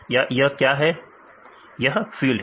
विद्यार्थी फील्ड्स यह फील्ड है